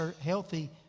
healthy